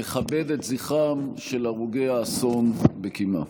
נכבד את זכרם של הרוגי האסון בקימה.